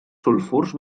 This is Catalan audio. sulfurs